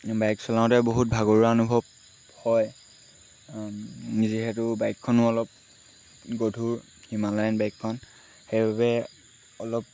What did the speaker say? bike চলাওঁতে বহুত ভাগৰুৱা অনুভৱ হয় নিজে হেতু বাইকখনো অলপ গধুৰ হিমালয়ান বাইকখন সেইবাবে অলপ